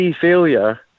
failure